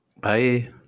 Bye